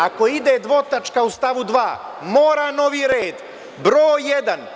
Ako ide dvotačka u stavu 2. mora novi red broj jedan.